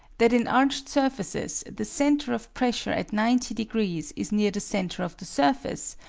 that in arched surfaces the center of pressure at ninety degrees is near the center of the surface,